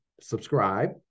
subscribe